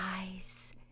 eyes